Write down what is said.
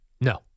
No